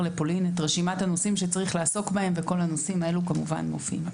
לפולין את רשימת הנושאים שצריך לעסוק בהם וכל הנושאים האלה כמובן מופיעים.